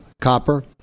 copper